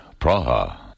Praha